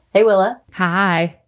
hey, willa. hi.